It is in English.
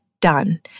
done